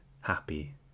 happy